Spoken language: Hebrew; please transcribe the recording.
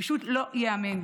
פשוט לא ייאמן.